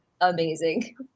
amazing